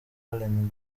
alain